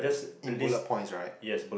in bullet points right